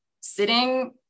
sitting